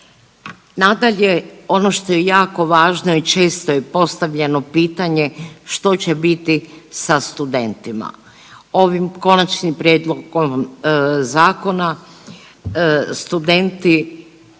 Nadalje, ono što je jako važno i često je postavljeno pitanje što će biti sa studentima. Ovim konačnim prijedlogom zakona studenti